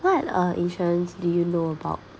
what uh insurance do you know about